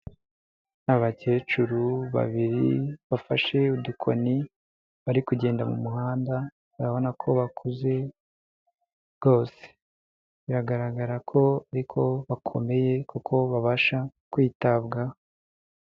Ni abakecuru babiri bafashe udukoni, bari kugenda mu muhanda urabona ko bakuze rwose. Biragaragara ko ariko bakomeye kuko babasha kwitabwaho.